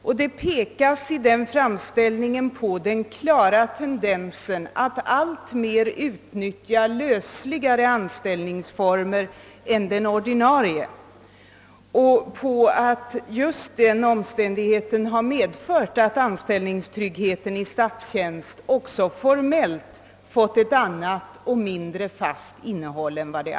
Man pekade i denna framställning på den mycket klara tendens som förekommer att alltmer utnyttja lösligare anställningsformer än den ordinarie, vilket medfört att anställningstryggheten i statstjänst också formellt fått ett annat och mindre fast innehåll än tidigare.